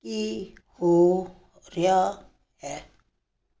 ਕੀ ਹੋ ਰਿਹਾ ਹੈ